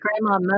Grandma